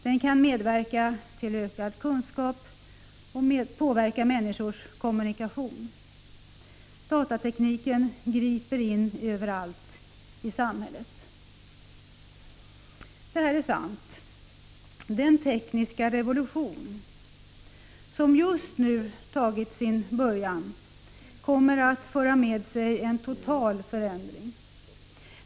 Den kan medverka till ökad kunskap och påverka människors kommunikation. Datatekniken griper in överallt i samhället.” Detta är sant. Den tekniska revolution som just tagit sin början kommer att föra med sig en total förändring.